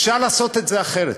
אפשר לעשות את זה אחרת.